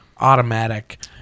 automatic